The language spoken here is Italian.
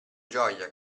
gioia